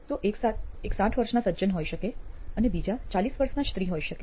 તો એક સાઠ વર્ષના સજ્જન હોઈ શકે અને બીજા ચાલીસ વર્ષના સ્ત્રી હોઈ શકે